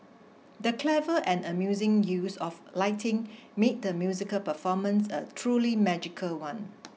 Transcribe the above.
the clever and amusing use of lighting made the musical performance a truly magical one